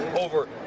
over